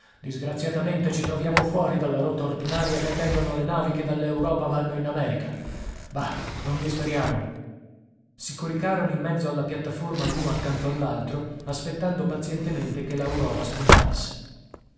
disgraziatamente ci troviamo fuori dalla rotta ordinaria che tengono le navi che dall'europa vanno in america bah non disperiamo si coricarono in mezzo alla piattaforma l'uno accanto all'altro aspettando pazientemente che l'aurora spuntasse